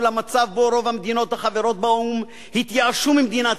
למצב שבו רוב המדינות החברות באו"ם התייאשו ממדינת